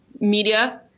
media